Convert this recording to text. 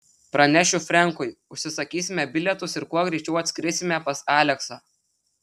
pranešiu frenkui užsisakysime bilietus ir kuo greičiau atskrisime pas aleksą